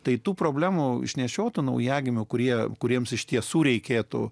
tai tų problemų išnešiotų naujagimių kurie kuriems iš tiesų reikėtų